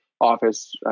office